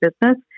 business